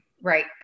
right